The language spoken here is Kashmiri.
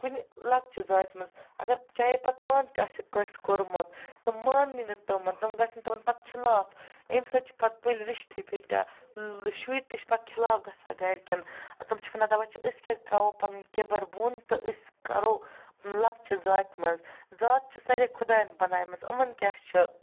کُنہِ لۅکچہِ ذاژِ منٛز اگر چاہے پتہٕ پانہٕ تہِ آسٮ۪کھ کٲنٛسہِ کوٚرمُت تِم ماننٕے نہٕ تِمن تِم گَژھن تِمن پتہٕ خلاف اَمہِ سۭتۍ چھِ پتہٕ بٔلۍ شُرۍ تہِ چھِ پتہٕ خلاف گَژھان گرِکٮ۪ن تِم چھِ ونان دَپان چھِ أسۍ کیٛازِ ترٛاوو پنُن کِبُر بۅن تہٕ أسۍ کَرو لۅکچہِ ذاژِ منٛز ذات چھِ ساریٚے خۄداین بنایہِ مژٕ یِمن کیٛاہ چھُ